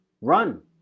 run